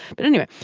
but anyway.